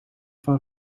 van